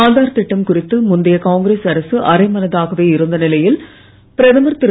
ஆதார் திட்டம் குறித்து முந்தைய காங்கிரஸ் அரசு அரை மனதாகவே இருந்த நிலையில் பிரதமர் திரு